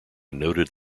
noted